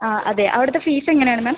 ആ അതെ അവിടുത്ത ഫീസ് എങ്ങനെയാണ് മാം